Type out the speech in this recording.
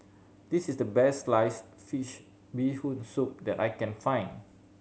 this is the best sliced fish Bee Hoon Soup that I can find